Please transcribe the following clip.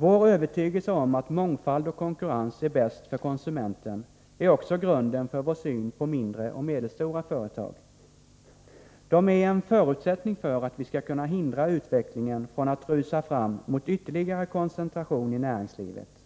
Vår övertygelse om att mångfald och konkurrens är bäst för konsumenten är också grunden för vår syn på mindre och medelstora företag. Dessa är en förutsättning för att vi skall kunna hindra utvecklingen från att rusa fram mot ytterligare koncentration i näringslivet,